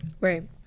Right